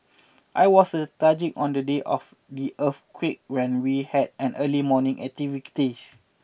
I was lethargic on the day of the earthquake when we had an early morning activities